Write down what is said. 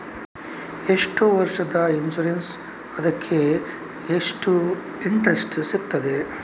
ಎಷ್ಟು ವರ್ಷದ ಇನ್ಸೂರೆನ್ಸ್ ಅದಕ್ಕೆ ಎಷ್ಟು ಇಂಟ್ರೆಸ್ಟ್ ಸಿಗುತ್ತದೆ?